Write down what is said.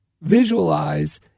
visualize